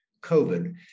COVID